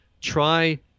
try